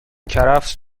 کرفس